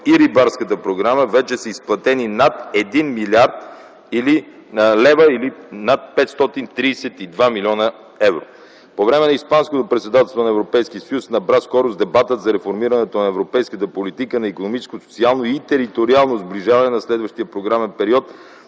и Рибарската програма вече са изплатени над 1 млрд. лева или над 532 млн. евро. По време на испанското председателство на Европейския Съюз набра скорост дебатът за реформиране на европейската политика за икономическо, социално и териториално сближаване за следващия програмен период